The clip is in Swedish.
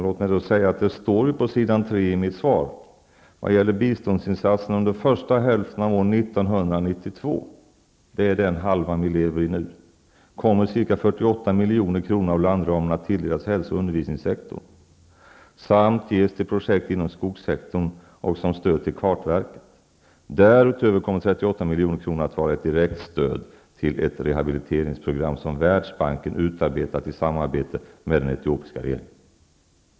Låt mig då säga att det står på s. 3 i mitt svar: ''Vad gäller biståndsinsatserna under första hälften av år 1992'' -- det är den halvan vi lever i nu ''kommer ca 48 milj.kr. av landramen att tilldelas hälso och undervisningssektorn samt ges till projekt inom skogssektorn och som stöd till kartverket. Därutöver kommer 38 milj.kr. att vara ett direktstöd till det rehabiliteringsprogram som Världsbanken utarbetat i samarbete med den etiopiska regeringen.''